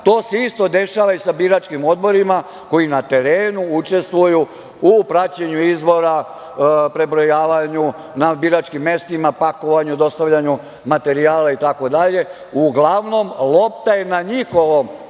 se isto dešava i sa biračkim odborima koji na terenu učestvuju u praćenju izbora, prebrojavanju na biračkim mestima, pakovanju, dostavljanju materijala itd. uglavnom, lopta je na njihovom